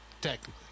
technically